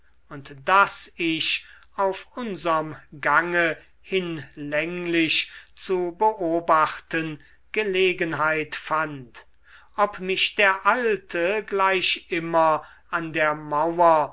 und das ich auf unserm gange hinlänglich zu beobachten gelegenheit fand ob mich der alte gleich immer an der mauer